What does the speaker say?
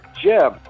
Jim